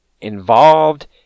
involved